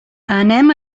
anem